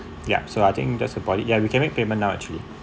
yup so I think that's about it yeah we can make payment now actually